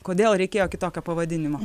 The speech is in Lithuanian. kodėl reikėjo kitokio pavadinimo